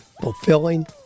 fulfilling